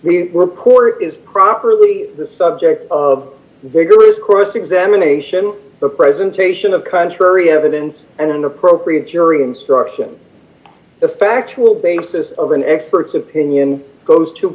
poor is properly the subject of vigorous cross examination the presentation of contrary evidence and an appropriate jury instruction the factual basis of an expert's opinion goes to